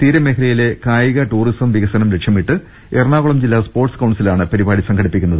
തീരമേഖലയിലെ കായിക ടൂറിസം വിക സനം ലക്ഷ്യമിട്ട് എറണാകുളം ജില്ലാ സ്പോർട്സ് കൌൺസിലാണ് പരി പാടി സംഘടിപ്പിക്കുന്നത്